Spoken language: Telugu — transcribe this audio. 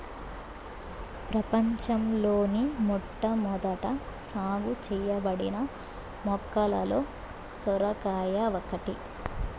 ప్రపంచంలోని మొట్టమొదట సాగు చేయబడిన మొక్కలలో సొరకాయ ఒకటి